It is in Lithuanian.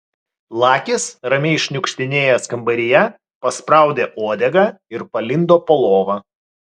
lakis ramiai šniukštinėjęs kambaryje paspraudė uodegą ir palindo po lova